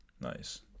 nice